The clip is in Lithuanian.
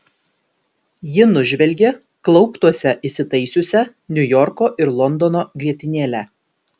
ji nužvelgė klauptuose įsitaisiusią niujorko ir londono grietinėlę